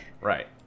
Right